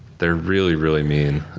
they're really, really mean.